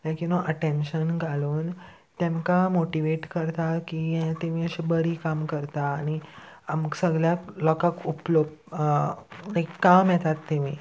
like you know attention घालून तेमकां motivate करता की हें तेमी अशी बरी काम करता आनी आमकां सगल्याक लोकांक उपलो लायक काम येतात तेमी